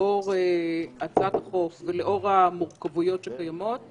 לאור הצעת החוק ולאור המורכבויות שקיימות,